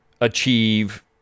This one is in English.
achieve